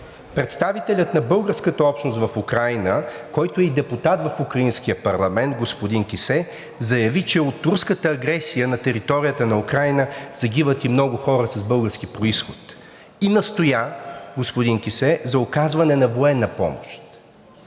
Представителят на българската общност в Украйна, който е и депутат в украинския парламент – господин Кисе, заяви, че от руската агресия на територията на Украйна загиват и много хора с български произход. И господин Кисе настоя за оказване на военна помощ.